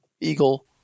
eagle